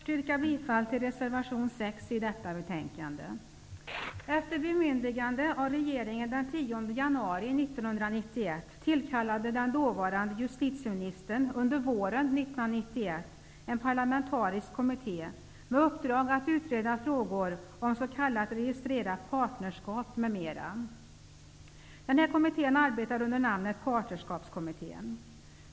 Herr talman! Låt mig först yrka bifall till reservation 6 i detta betänkande. 1991 tillkallade den dåvarande justitieministern under våren 1991 en parlamentarisk kommitté med uppdrag att utreda frågor om s.k. registrerat partnerskap m.m. Den här kommittén arbetar under namnet Partnerskapskommittén.